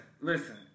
listen